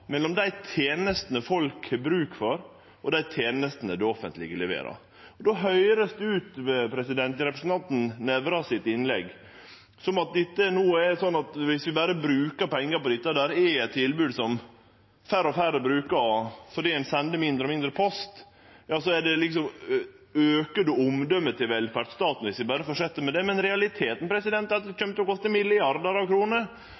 dei tenestene folk har bruk for, og dei tenestene det offentlege leverer. Det høyrest i innlegget til representanten Nævra ut som at om vi berre brukar pengar på dette – sjølv om dette er eit tilbod færre og færre brukar fordi ein sendar mindre og mindre post – aukar det omdømet til velferdsstaten viss vi berre fortset med det. Men realiteten er at det kjem til å koste milliardar av kroner,